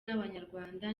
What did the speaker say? n’abanyarwanda